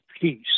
peace